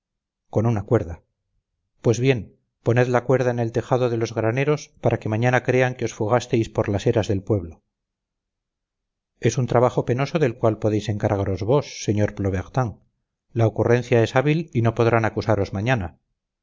con una cuerda pues bien poned la cuerda en el tejado de los graneros para que mañana crean que os fugasteis por las eras del pueblo es un trabajo penoso del cual podéis encargaros vos sr plobertin la ocurrencia es hábil y no podrán acusaros mañana